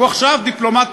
הוא עכשיו דיפלומט,